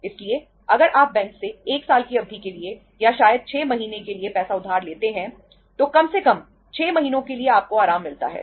इसलिए अगर आप बैंक से 1 साल की अवधि के लिए या शायद 6 महीने के लिए पैसा उधार लेते हैं तो कम से कम 6 महीने के लिए आपको आराम मिलता है